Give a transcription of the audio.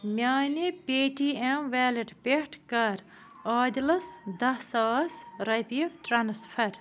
میٛانہِ Paytm wallet پٮ۪ٹھ کَر عادِلس دَہ ساس رۄپیہِ ٹرٛانسفر